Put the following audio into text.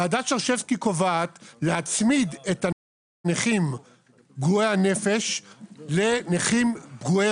ועדת שרשבסקי קובעת להצמיד את הנכים פגועי הנפש לנכים פגועי